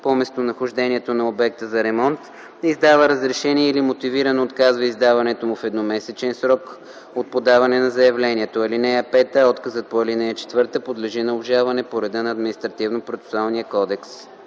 по местонахождението на обекта за ремонт, издава разрешение или мотивирано отказва издаването му в едномесечен срок от подаване на заявлението. (5) Отказът по ал. 4 подлежи на обжалване по реда на